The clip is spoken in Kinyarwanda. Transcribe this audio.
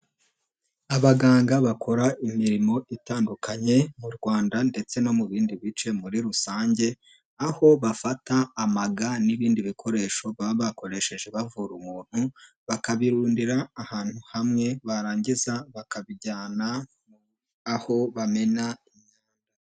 Abaganga bakora imirimo itandukanye mu Rwanda ndetse no mu bindi bice muri rusange aho bafata amaga n'ibindi bikoresho baba bakoresheje bavura umuntu bakabirundira ahantu hamwe barangiza bakabijyana aho bamena imyanda.